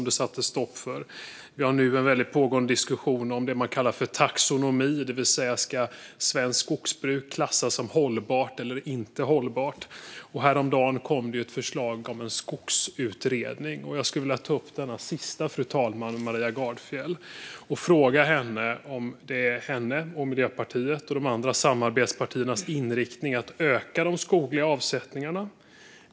Det finns nu en pågående diskussion om det som kallas taxonomi, det vill säga om svenskt skogsbruk ska klassas som hållbart eller inte hållbart. Häromdagen kom ett förslag om att tillsätta en skogsutredning. Fru talman! Jag vill ta upp den sista punkten med Maria Gardfjell. Är det hennes, Miljöpartiets och de andra samarbetspartiernas inriktning att öka de skogliga avsättningarna?